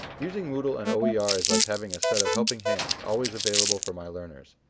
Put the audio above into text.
using moodle and oer ah is like having a set of helping hands always available for my learners.